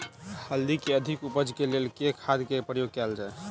हल्दी केँ अधिक उपज केँ लेल केँ खाद केँ प्रयोग कैल जाय?